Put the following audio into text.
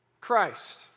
Christ